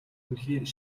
үнэхээр